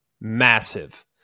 Massive